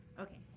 Okay